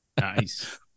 Nice